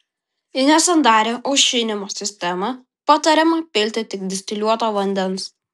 į nesandarią aušinimo sistemą patariama pilti tik distiliuoto vandens